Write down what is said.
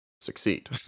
succeed